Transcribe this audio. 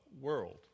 world